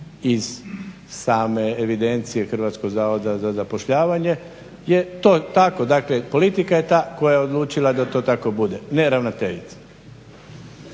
iz same evidencije Hrvatskog zavoda za zapošljavanje, to je tako. Politika je ta koja je odlučila da to tako bude, ne ravnateljica.